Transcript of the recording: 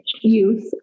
Youth